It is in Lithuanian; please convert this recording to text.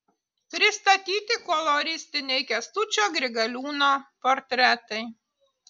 pristatyti koloristiniai kęstučio grigaliūno portretai